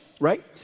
Right